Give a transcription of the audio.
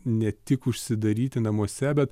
ne tik užsidaryti namuose bet